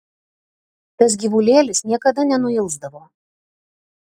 tas gyvulėlis niekada nenuilsdavo